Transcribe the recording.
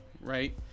right